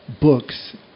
books